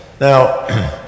Now